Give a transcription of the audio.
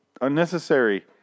unnecessary